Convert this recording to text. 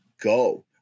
go